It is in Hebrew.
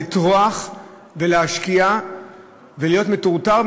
לטרוח ולהשקיע ולהיות מטורטר,